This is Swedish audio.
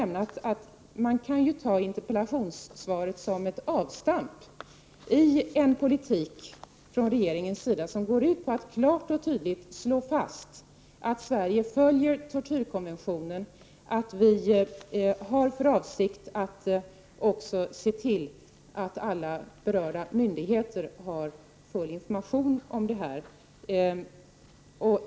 Man kan se interpellationssvaret som ett avstamp i en politik från regeringens sida som går ut på att klart och tydligt slå fast att Sverige följer tortyrkonventionen och att vi har för avsikt att också se till att alla berörda myndigheter har full information om detta.